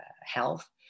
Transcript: health